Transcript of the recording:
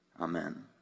Amen